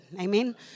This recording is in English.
Amen